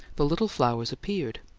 the little flowers appeared,